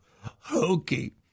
hokey